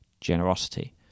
generosity